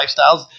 lifestyles